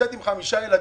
נמצאת עם חמישה ילדים